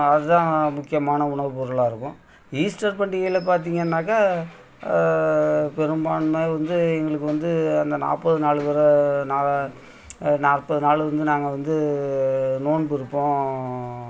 அதான் முக்கியமான உணவு பொருளாக இருக்கும் ஈஸ்டர் பண்டிகையில் பார்த்தீங்கனாக்க பெரும்பான்மை வந்து எங்களுக்கு வந்து அந்த நாற்பது நாள் விர நா நாற்பது நாளு வந்து நாங்கள் வந்து நோன்பு இருப்போம்